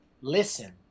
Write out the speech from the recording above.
listen